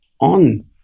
on